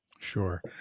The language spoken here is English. Sure